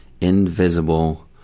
invisible